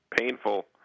painful